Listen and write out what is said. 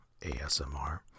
ASMR